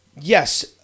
Yes